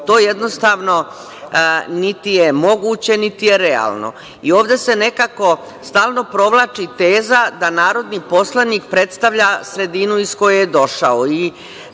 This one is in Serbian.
To jednostavno niti je moguće, niti je realno. Ovde se nekako stalno provlači teza da narodni poslanik predstavlja sredinu iz koje je došao.